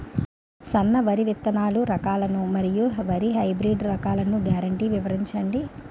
సన్న వరి విత్తనాలు రకాలను మరియు వరి హైబ్రిడ్ రకాలను గ్యారంటీ వివరించండి?